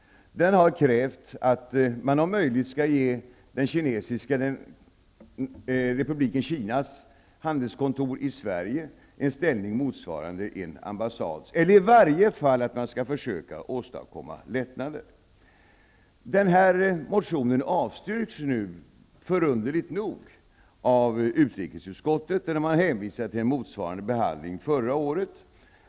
Motionen avstyrks förunderligt nog av utrikesutskottet. Man hänvisar till en motsvarande behandling förra året.